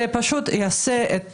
זה יעשה את